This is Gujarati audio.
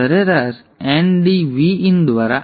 હવે આ Vin છે